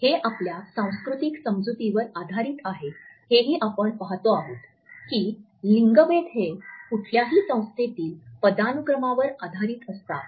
हे आपल्या सांस्कृतिक समजुतीवर आधारित आहे हेही आपण पाहतो आहोत की लिंगभेद हे कोणत्याही संस्थेतील पदानुक्रमांवर आधारित असतात